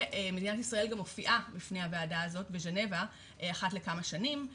ומדינת ישראל גם מופיעה לפני הוועדה הזאת בז'נבה אחת לכמה שנים,